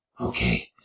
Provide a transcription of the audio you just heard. Okay